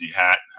hat